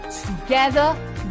Together